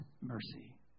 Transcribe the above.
mercy